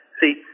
See